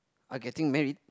are getting married